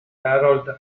harold